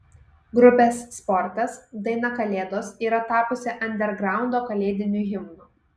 grupės sportas daina kalėdos yra tapusi andergraundo kalėdiniu himnu